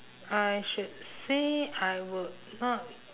I should say I would not